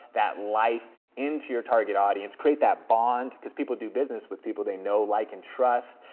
that life into your target audience. create that bond, because people do business with people they know, like, and trust,